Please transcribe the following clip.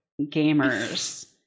gamers